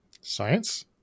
Science